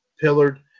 pillared